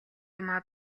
юмаа